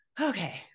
okay